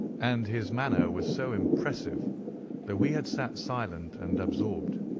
and his manner was so impressive that we had sat silent and absorbed.